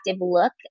look